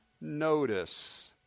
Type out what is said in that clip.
notice